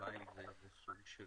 סוג של